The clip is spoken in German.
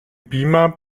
beamer